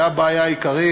והבעיה העיקרית,